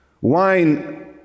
wine